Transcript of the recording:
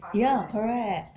ya correct